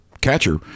catcher